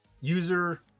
user